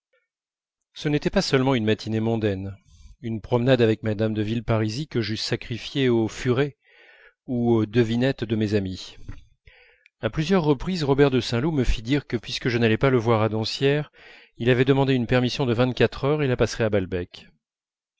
ce n'était pas seulement une matinée mondaine une promenade avec mme de villeparisis que j'eusse sacrifiées au furet ou aux devinettes de mes amies à plusieurs reprises robert de saint loup me fit dire que puisque je n'allais pas le voir à doncières il avait demandé une permission de vingt-quatre heures et la passerait à balbec